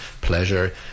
pleasure